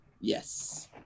Yes